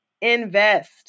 invest